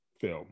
film